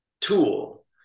tool